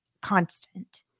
constant